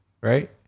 Right